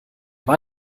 war